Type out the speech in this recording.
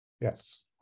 Yes